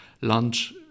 lunch